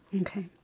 Okay